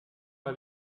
par